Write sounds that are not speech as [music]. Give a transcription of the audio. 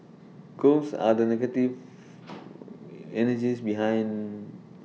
ghosts are the negative [noise] energies behind